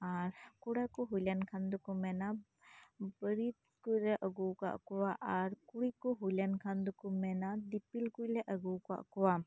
ᱟᱨ ᱠᱚᱲᱟ ᱠᱚ ᱦᱩᱭ ᱞᱮᱱ ᱠᱷᱟᱱᱫᱚᱠᱚ ᱢᱮᱱᱟ ᱵᱟᱨᱤᱛ ᱠᱚᱞᱮ ᱟᱹᱜᱩᱣᱟᱠᱟᱫ ᱠᱚᱣᱟ ᱟᱨ ᱠᱩᱲᱤ ᱠᱚ ᱦᱩᱭ ᱞᱮᱱᱠᱷᱟᱱ ᱫᱚ ᱠᱚ ᱢᱮᱱᱟ ᱫᱤᱯᱤᱞ ᱠᱚᱞᱮ ᱟᱹᱜᱩᱣᱟᱠᱟᱜ ᱠᱚᱣᱟ